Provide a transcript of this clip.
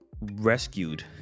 rescued